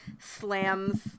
slams